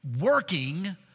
Working